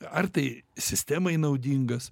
ar tai sistemai naudingas